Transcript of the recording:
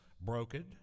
broken